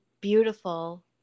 beautiful